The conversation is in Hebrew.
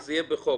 שזה יהיה בחוק,